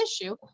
issue